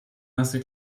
nasse